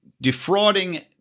defrauding